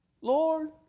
Lord